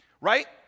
right